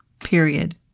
period